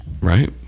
right